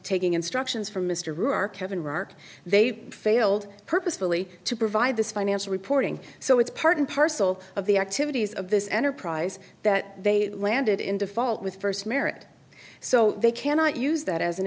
taking instructions from mr moore kevin rudd they failed purposefully to provide this financial reporting so it's part and parcel of the activities of this enterprise that they landed in default with first marriage so they cannot use that as an